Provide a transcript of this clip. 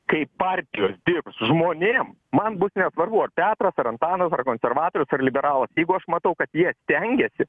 kai partijos dirbs žmonėm man bus nesvarbu ar petras ar antanas ar konservatorius ar liberalas jeigu aš matau kad jie stengiasi